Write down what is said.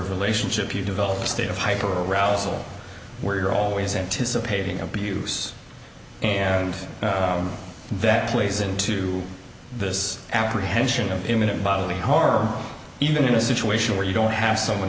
of relationship you develop a state of hyper arousal where you're always anticipating abuse and that plays into this apprehension of imminent bodily harm or even in a situation where you don't have someone